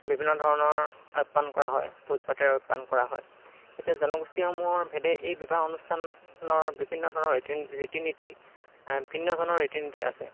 বিভিন্ন ধৰণৰ আপ্যায়ন কৰা হয় ভোজভাতেৰে আপ্যায়ন কৰা হয় এতিয়া জনগোষ্ঠীসমূহৰ ভেদে এই বিবাহ অনুষ্ঠানৰ বিভিন্ন ধৰণৰ ৰীতি নীতি ভিন্ন ধৰণৰ ৰীতি নীতি আছে